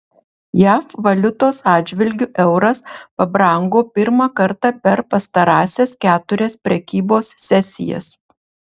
jav valiutos atžvilgiu euras pabrango pirmą kartą per pastarąsias keturias prekybos sesijas